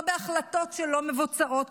לא בהחלטות שלא מבוצעות,